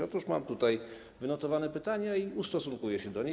Otóż mam tutaj wynotowane pytania i ustosunkuję się do nich.